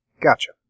Gotcha